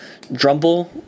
Drumble